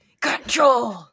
Control